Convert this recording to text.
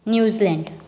New Zealand